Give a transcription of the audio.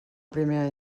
primer